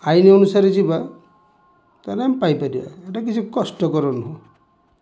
ଆଇନ ଅନୁସାରେ ଯିବା ତା'ହେଲେ ଆମେ ପାଇପାରିବା ଏଇଟା କିଛି କଷ୍ଟକର ନୁହେଁ